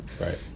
right